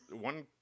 one